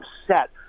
upset